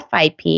FIP